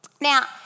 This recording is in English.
Now